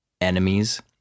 enemies